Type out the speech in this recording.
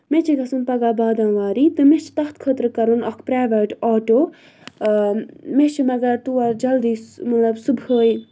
مےٚ چھِ گژھُن پَگاہ بادام واری تہٕ مےٚ چھِ تَتھ خٲطرٕ کَرُن اَکھ پرٛایویٹ آٹو مےٚ چھِ مگر تور جلدی سُہ مطلب صُبحٲے